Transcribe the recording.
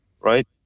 right